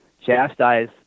chastise